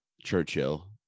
Churchill